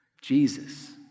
Jesus